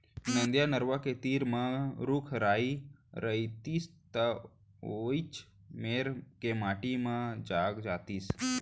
नदिया, नरूवा के तीर म रूख राई रइतिस त वोइच मेर के माटी म जाग जातिस